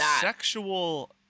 sexual